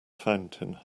fountain